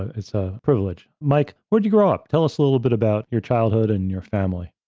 it's a privilege. mike, where'd you grow up? tell us a little bit about your childhood and your family.